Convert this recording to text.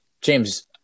James